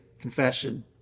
confession